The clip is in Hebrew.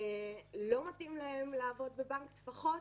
לא מתאים להן לעבוד בבנק טפחות,